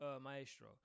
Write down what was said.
maestro